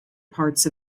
parts